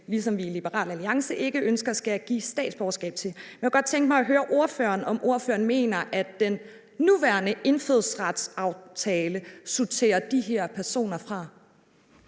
ligesom os i Liberal Alliance, ikke ønsker at skulle give statsborgerskab til. Jeg kunne godt tænke mig at høre ordføreren, om ordføreren mener, at den nuværende indfødsretsaftale sorterer de her personer fra.